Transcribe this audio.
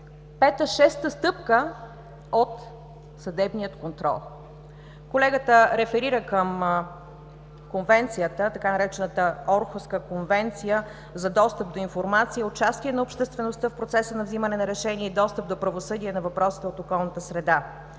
пета-шеста стъпка от съдебния контрол. Колегата реферира към конвенцията, така наречената „Орхуска конвенция за достъп до информация“, участие на обществеността в процеса на вземане на решения и достъп до правосъдие на въпросите от околната среда.